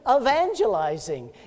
evangelizing